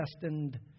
destined